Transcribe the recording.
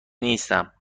نیستم